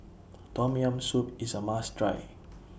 Tom Yam Soup IS A must Try